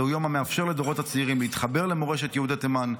זהו יום המאפשר לדורות הצעירים להתחבר למורשת יהודי תימן,